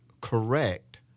correct